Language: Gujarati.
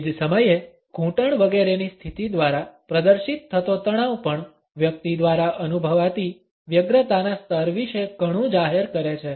તે જ સમયે ઘૂંટણ વગેરેની સ્થિતિ દ્વારા પ્રદર્શિત થતો તણાવ પણ વ્યક્તિ દ્વારા અનુભવાતી વ્યગ્રતાના સ્તર વિશે ઘણું જાહેર કરે છે